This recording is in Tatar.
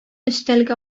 өстәлгә